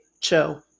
Cho